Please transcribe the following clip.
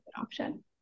option